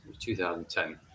2010